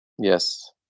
Yes